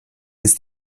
ist